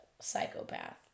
psychopath